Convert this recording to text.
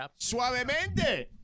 Suavemente